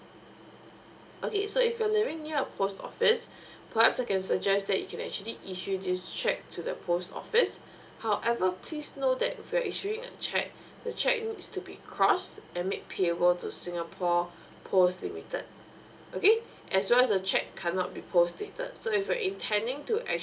okay so if you're living near a post office perhaps I can suggest that you can actually issue this cheque to the post office however please know that if you're issuing a cheque the cheque needs to be crossed and make payable to singapore post limited okay as well as the cheque cannot be post dated so if you're intending to